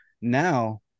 now